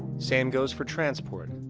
same goes for transport.